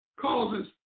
Causes